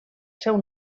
seu